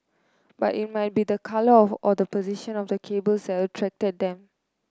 but it might be the colour of or the position of the cables attracted them